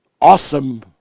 awesome